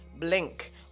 blink